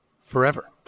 forever